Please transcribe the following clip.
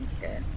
Okay